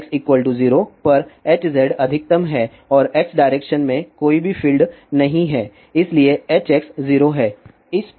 X 0 पर Hz अधिकतम है और x डायरेक्शन में कोई फील्ड नहीं है इसलिए Hx 0 है